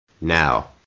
now